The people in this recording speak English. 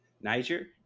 Niger